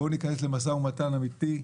ובמקום זה להיכנס למשא ומתן אמיתי,